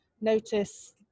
notice